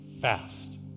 fast